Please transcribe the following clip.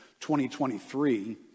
2023